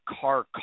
car